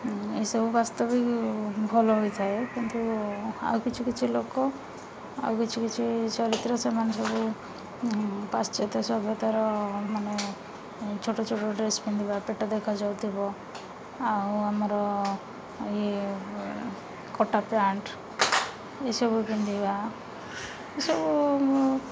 ଏସବୁ ବାସ୍ତବିକ୍ ଭଲ ହୋଇଥାଏ କିନ୍ତୁ ଆଉ କିଛି କିଛି ଲୋକ ଆଉ କିଛି କିଛି ଚରିତ୍ର ସେମାନେ ସବୁ ପାଶ୍ଚାତ୍ୟ ସଭ୍ୟତାର ମାନେ ଛୋଟ ଛୋଟ ଡ୍ରେସ୍ ପିନ୍ଧିବା ପେଟ ଦେଖାଯାଉଥିବ ଆଉ ଆମର ଇଏ କଟା ପ୍ୟାଣ୍ଟ ଏସବୁ ପିନ୍ଧିବା ଏସବୁ